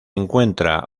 encuentra